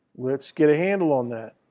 let's get a handle on that.